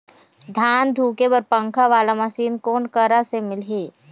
धान धुके बर पंखा वाला मशीन कोन करा से मिलही?